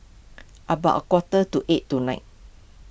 about a quarter to eight tonight